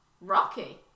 Rocky